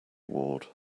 ward